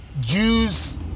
Jews